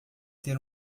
ter